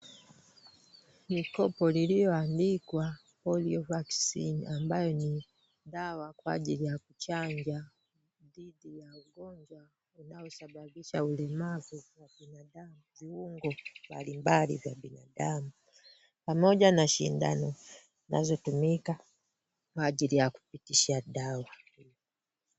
mikopo liliyoandikwa polio vaccine ni dawa kwa ajili ya kuchanja dhidi ya ugonjwa unaosababisha ulemavu kwa binadamu viungo mbalimali vya binadamu. pamoja na shindano zinazotumika kwa ajili ya kupitisha dawa.